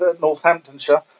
Northamptonshire